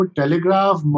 telegraph